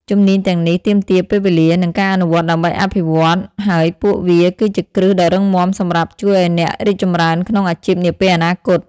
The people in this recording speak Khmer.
ជំនាញទាំងនេះទាមទារពេលវេលា និងការអនុវត្តដើម្បីអភិវឌ្ឍ ហើយពួកវាគឺជាគ្រឹះដ៏រឹងមាំសម្រាប់ជួយអ្នកឲ្យរីកចម្រើនក្នុងអាជីពនាពេលអនាគត។